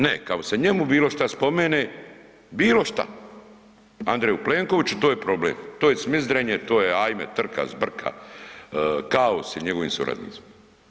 Ne, kad se njemu bilo šta spomene, bilo šta, A. Plenkoviću, to je problem, to je cmizdrenje, to je ajmo, trka, zbrka, kaos i njegovim suradnicima.